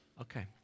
Okay